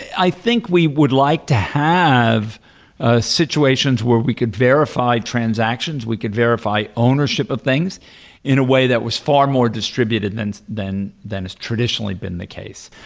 i think we would like to have ah situations where we could verify transactions, we could verify ownership of things in a way that was far more distributed than than it's traditionally been the case.